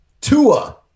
Tua